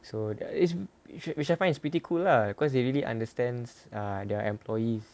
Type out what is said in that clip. so that is which which I find it's pretty cool lah cause they really understands uh their employees